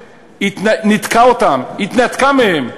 וניתקה אותם, התנתקה מהם.